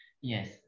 yes